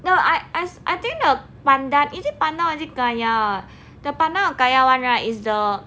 no I I I think the pandan is it pandan or is it kaya the pandan or kaya one right is the